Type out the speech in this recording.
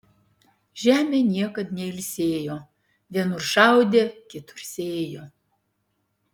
žemė niekad neilsėjo vienur šaudė kitur sėjo